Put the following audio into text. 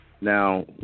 Now